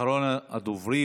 אחרון הדוברים.